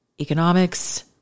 economics